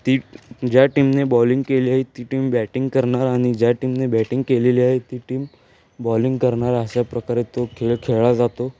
ती ज्या टीमने बॉलिंग केली आहे ती टीम बॅटिंग करणार आणि ज्या टीमने बॅटिंग केलेली आहे ती टीम बॉलिंग करणार अशा प्रकारे तो खेळ खेळला जातो